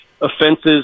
offenses